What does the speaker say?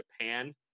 Japan